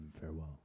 farewell